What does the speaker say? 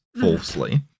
falsely